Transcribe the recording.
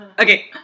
Okay